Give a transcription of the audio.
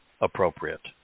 appropriate